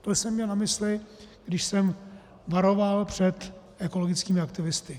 To jsem měl na mysli, když jsem varoval před ekologickými aktivisty.